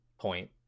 point